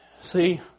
See